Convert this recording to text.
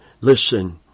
listen